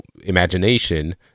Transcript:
imagination